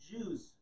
Jews